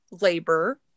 labor